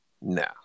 No